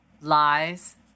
lies